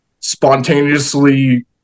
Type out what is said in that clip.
Spontaneously